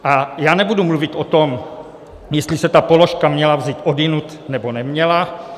A já nebudu mluvit o tom, jestli se ta položka měla vzít odjinud, nebo neměla.